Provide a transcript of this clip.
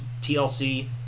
TLC